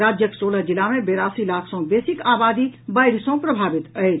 राज्यक सोलह जिला मे बेरासी लाख सँ बेसी आबादी बाढ़ि सँ प्रभावित अछि